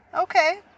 Okay